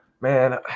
man